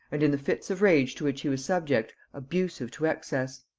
and, in the fits of rage to which he was subject, abusive to excess.